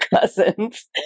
cousins